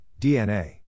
DNA